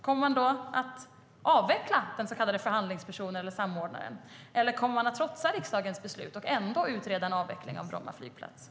Kommer man då att avveckla den så kallade förhandlingspersonen eller samordnaren, eller kommer man att trotsa riksdagens beslut och ändå utreda en avveckling av Bromma flygplats?